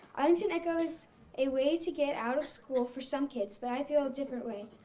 arlington echo is a way to get out of school for some kids, but i feel a different way.